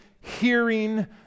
hearing